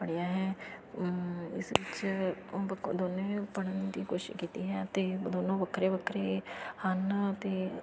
ਪੜ੍ਹਿਆ ਹੈ ਇਸ ਵਿੱਚ ਦੋਨੇ ਪੜ੍ਹਨ ਦੀ ਕੋਸ਼ਿਸ਼ ਕੀਤੀ ਹੈ ਅਤੇ ਦੋਨੋਂ ਵੱਖਰੇ ਵੱਖਰੇ ਹਨ ਅਤੇ